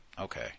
okay